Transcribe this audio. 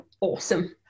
awesome